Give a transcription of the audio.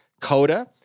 coda